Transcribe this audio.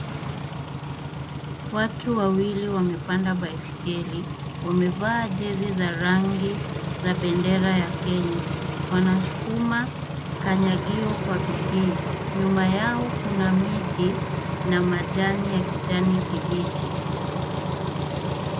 Watu wawili wamepanda baiskeli, wamevaa jezi za rangi za bendera ya Kenya. Wanaskuma kanyagio kwa bidii. Nyuma yao kuna miti na majani ya kijani kibichi.